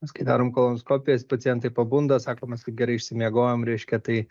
mes kai darom kolonoskopijas pacientai pabunda sako mes kaip gerai išsimiegojom reiškia tai